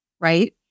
right